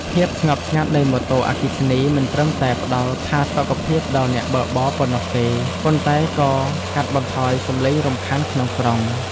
ភាពស្ងប់ស្ងាត់នៃម៉ូតូអគ្គិសនីមិនត្រឹមតែផ្តល់ផាសុកភាពដល់អ្នកបើកបរប៉ុណ្ណោះទេប៉ុន្តែក៏កាត់បន្ថយសំឡេងរំខានក្នុងក្រុង។